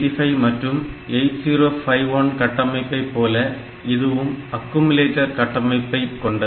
8085 மற்றும் 8051 கட்டமைப்பைப் போல இதுவும் அக்குயுமுலேட்டர் கட்டமைப்பைக் கொண்டது